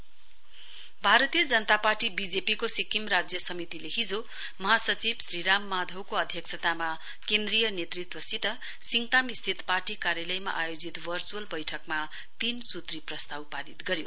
BJP Sikkim Bharatiya Janata Party BJP को सिक्किम राज्य समितिले हिजो महासचिव श्री राम माधवको अध्यक्षतामा केन्द्रीय नेतृत्वसित सिङताम स्थित पार्टी कार्यालयमा आयोजित वर्चुअल वैठकमा तीन सूत्री प्रस्ताव पारित गर्यो